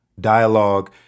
dialogue